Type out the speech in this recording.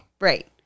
Right